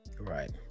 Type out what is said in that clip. right